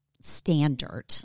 standard